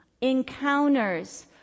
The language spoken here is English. encounters